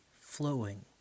flowing